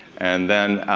and then,